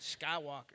Skywalker